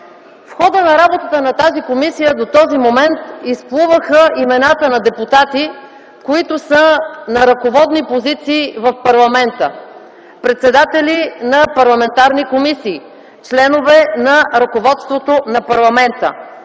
В хода на работата на тази комисия до този момент изплуваха имената на депутати, които са на ръководни позиции в парламента - председатели на парламентарни комисии, членове на ръководството на парламента,